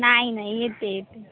नाही नाही येते येते